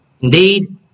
Indeed